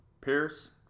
Pierce